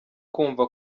kumva